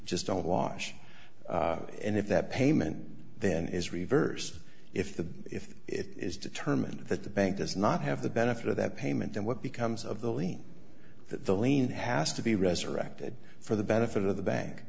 just don't wash and if that payment then is reversed if the if it is determined that the bank does not have the benefit of that payment then what becomes of the lien that the lane has to be resurrected for the benefit of the bank